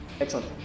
Excellent